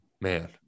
Man